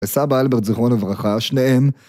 וסבא אלברט זיכרונו לברכה, שניהם...